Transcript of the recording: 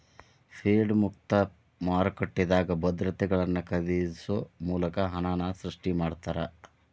Fed ಮುಕ್ತ ಮಾರುಕಟ್ಟೆದಾಗ ಭದ್ರತೆಗಳನ್ನ ಖರೇದಿಸೊ ಮೂಲಕ ಹಣನ ಸೃಷ್ಟಿ ಮಾಡ್ತಾರಾ